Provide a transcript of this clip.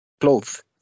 cloth